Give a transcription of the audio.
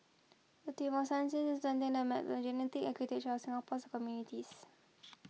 a team of scientists map the genetic architecture of Singapore's communities